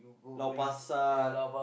Lau-Pa-Sat